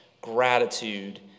gratitude